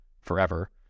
forever